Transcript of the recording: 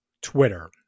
Twitter